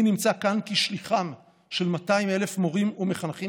אני נמצא כאן כשליחם של 200,000 מורים ומחנכים